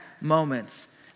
moments